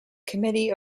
committee